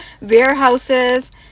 warehouses